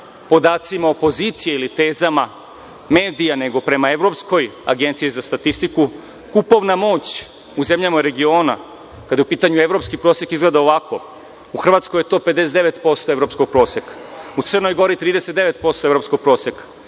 podacima opozicije ili tezama medija, nego prema Evropskoj agenciji za statistiku, kupovna moć u zemljama regiona, kada je u pitanju evropski prosek, izgleda ovako. U Hrvatskoj je to 59% evropskog proseka, u Crnoj Gori 39% evropskog proseka,